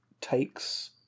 takes